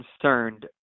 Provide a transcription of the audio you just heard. concerned